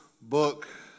book